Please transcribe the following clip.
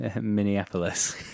Minneapolis